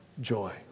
joy